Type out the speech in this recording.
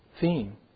theme